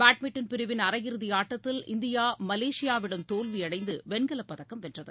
badminton பிரிவின் அரையிறுதி ஆட்டத்தில் இந்தியா மலேசியாவிடம் தோல்வி அடைந்து வெண்கலப் பதக்கம் வென்றது